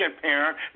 parent